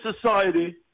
society